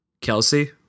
Kelsey